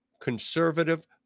conservative